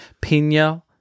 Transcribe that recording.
Pina